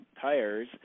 tires